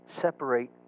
separate